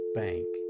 bank